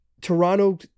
Toronto